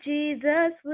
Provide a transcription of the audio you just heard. Jesus